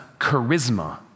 charisma